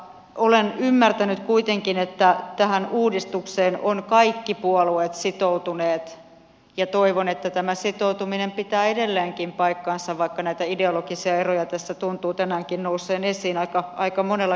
olen ymmärtänyt kuitenkin että tähän uudistukseen ovat kaikki puolueet sitoutuneet ja toivon että tämä sitoutuminen pitää edelleenkin paikkansa vaikka näitä ideologisia eroja tuntuu tänäänkin nousseen esiin aika monellakin tavalla